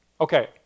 Okay